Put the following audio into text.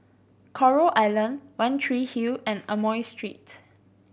Coral Island One Tree Hill and Amoy Street